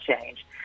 change